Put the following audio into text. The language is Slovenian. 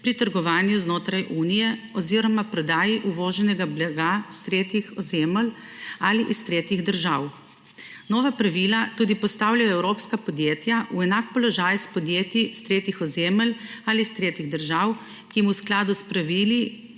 pri trgovanju znotraj Unije oziroma prodaji uvoženega blaga iz tretjih ozemelj ali iz tretjih držav. Nova pravila tudi postavljajo evropska podjetja v enak položaj s podjetij iz tretjih ozemelj ali iz tretjih držav, ki jim v skladu s pravili